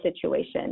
situation